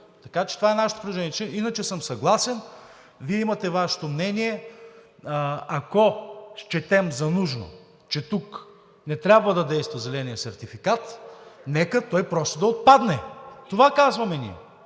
така че това е нашето предложение. Иначе съм съгласен – Вие имате Вашето мнение. Ако счетем за нужно, че тук не трябва да действа зеленият сертификат, нека той просто да отпадне, това казваме ние,